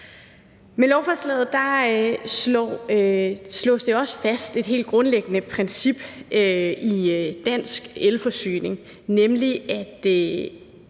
Med lovforslaget slås også et helt grundlæggende princip i dansk selvforsyning fast, nemlig at